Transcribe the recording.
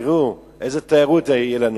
תראו איזו תיירות תהיה לנו.